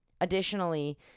additionally